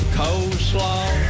coleslaw